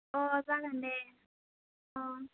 अ जागोन दे अ